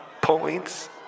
points